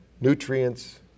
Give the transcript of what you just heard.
nutrients